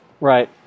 Right